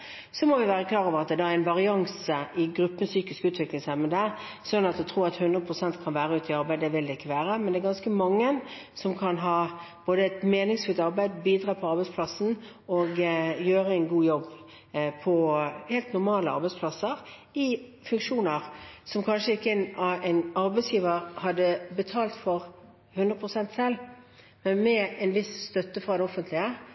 må være klar over at det er en varians i gruppen psykisk utviklingshemmede. Om man tror at 100 pst. kan være ute i arbeid, så vil det ikke være slik. Men det er ganske mange som både kan ha et meningsfylt arbeid, bidra på en arbeidsplass og gjøre en god jobb på helt normale arbeidsplasser i funksjoner som en arbeidsgiver kanskje ikke hadde betalt 100 pst. for selv. Men med en viss støtte fra det offentlige